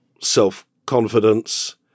self-confidence